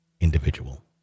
individual